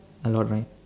a lot right